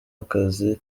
akazi